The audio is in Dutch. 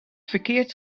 verkeerd